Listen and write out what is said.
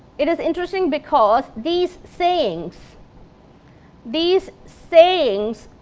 it is interesting because these sayings these sayings